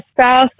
spouse